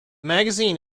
magazine